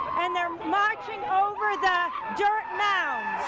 and they're marching over the dirt mounds.